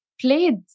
played